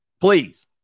Please